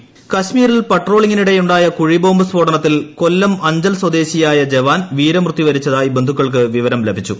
ജവാൻ വീരമൃത്യു കശ്മീരിൽ പട്രോളിങ്ങിനിടെ ഉണ്ടായ കുഴിബോംബ് സ്ഫോടനത്തിൽ കൊല്ലം അഞ്ചൽ സ്വദേശിയായ ജവാൻ വീരമൃത്യു വരിച്ചതായി ബന്ധുക്കൾക്ക് വിവരം ലഭിച്ചു